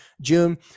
June